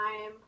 time